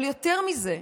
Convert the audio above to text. אבל יותר מזה,